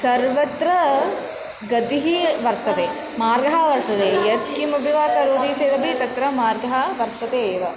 सर्वत्र गतिः वर्तते मार्गः वर्तते यत्किमपि वा करोति चेदपि तत्र मार्गः वर्तते एव